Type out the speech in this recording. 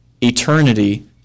eternity